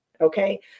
Okay